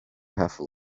have